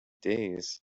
days